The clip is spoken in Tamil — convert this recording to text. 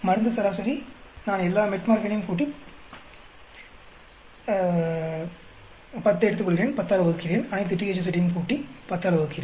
மருந்து சராசரி நான் எல்லா மெட்ஃபோர்மினையும் கூட்டி 10ஐ எடுத்துக்கொள்கிறேன் 10 ஆல் வகுக்கிறேன் அனைத்து THZ ஐயும் கூட்டி 10 ஆல் வகுக்கிறேன்